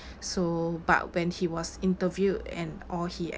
so but when he was interviewed and or he